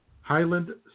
Highland